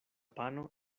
pano